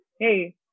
hey